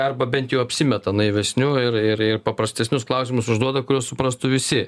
arba bent jau apsimeta naivesniu ir ir ir paprastesnius klausimus užduoda kuriuos suprastų visi